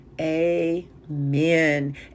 amen